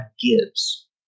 gives